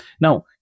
Now